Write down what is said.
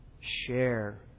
share